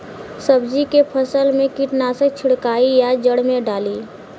सब्जी के फसल मे कीटनाशक छिड़काई या जड़ मे डाली?